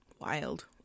Wild